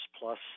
plus